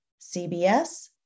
CBS